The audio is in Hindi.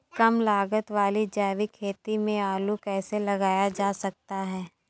कम लागत वाली जैविक खेती में आलू कैसे लगाया जा सकता है?